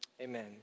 Amen